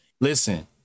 listen